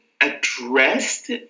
addressed